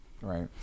Right